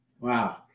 Wow